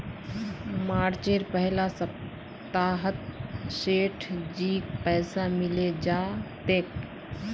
मार्चेर पहला सप्ताहत सेठजीक पैसा मिले जा तेक